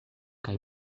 kaj